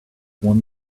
won